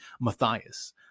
Matthias